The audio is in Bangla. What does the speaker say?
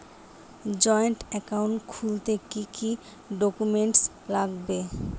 জয়েন্ট একাউন্ট খুলতে কি কি ডকুমেন্টস লাগবে?